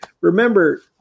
remember